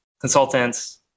consultants